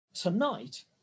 Tonight